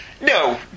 No